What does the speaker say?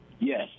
Yes